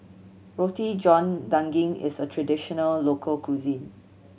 Roti John Daging is a traditional local cuisine